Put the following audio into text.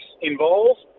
involved